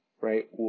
right